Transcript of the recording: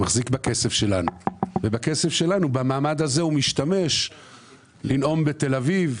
הוא מחזיק בכסף שלנו ובכסף שלנו במעמד הזה הוא משתמש לנאום בתל אביב.